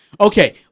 Okay